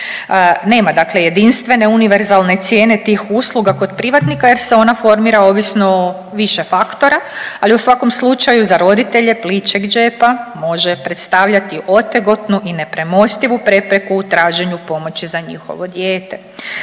dakle jedinstvene univerzalne cijene tih usluga kod privatnika jer se ona formira ovisno o više faktora, ali u svakom slučaju za roditelje plićeg džepa može predstavljati otegotnu i nepremostivu prepreku u traženju pomoći za njihovo dijete.